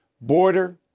Border